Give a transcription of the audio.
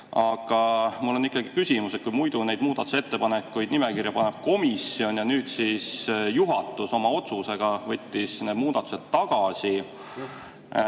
Aga mul on ikkagi küsimus. Kui muidu neid muudatusettepanekuid nimekirja paneb komisjon, aga nüüd juhatus oma otsusega võttis need muudatused tagasi,